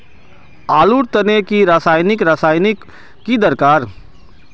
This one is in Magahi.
आलूर तने की रासायनिक रासायनिक की दरकार?